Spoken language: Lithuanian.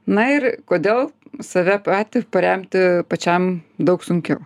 na ir kodėl save patį paremti pačiam daug sunkiau